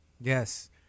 yes